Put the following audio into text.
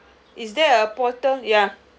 is there a portal ya